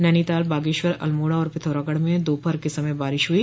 नैनीताल बागेश्वर अल्मोड़ा और पिथौरागढ़ में दोपहर के समय बारिश हुई